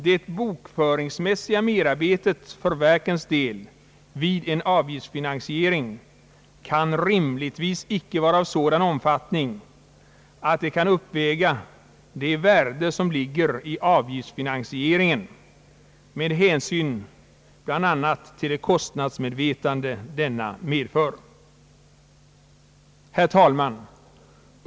Det bokföringsmässiga merarbetet för verkens del vid en avgiftsfinansiering kan rimligtvis icke vara av sådan omfattning att det kan uppväga det värde som lig ger i avgiftsfinansieringen med hänsyn bl.a. till det kostnadsmedvetande denna medför. Herr talman!